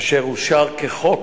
אשר אושר כחוק,